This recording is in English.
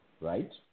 right